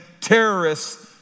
terrorists